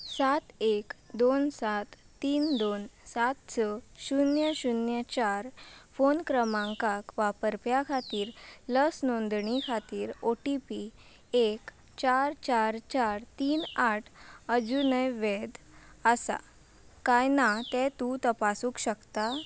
सात एक दोन सात तीन दोन सात स शुन्य शुन्य चार फोन क्रमांक वापरप्या खातीर लस नोंदणी खातीर ओ टी पी एक चार चार चार तीन आठ अजुनूय वैद आसा काय ना तें तूं तपासूंक शकता